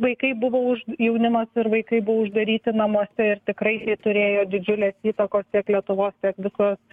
vaikai buvo už jaunimas ir vaikai buvo uždaryti namuose ir tikrai tai turėjo didžiulės įtakos tiek lietuvos tiek visos